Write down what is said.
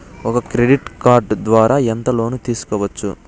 ఒక credit card ద్వారా ఎంత లోను తీసుకోవచ్చు?